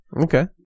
Okay